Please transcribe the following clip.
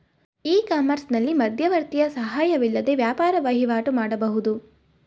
E ಕಾಮರ್ಸ್ನಲ್ಲಿ ಮಧ್ಯವರ್ತಿಯ ಸಹಾಯವಿಲ್ಲದೆ ವ್ಯಾಪಾರ ವಹಿವಾಟು ಮಾಡಬಹುದು